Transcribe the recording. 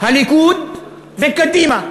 הליכוד וקדימה.